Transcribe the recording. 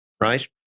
right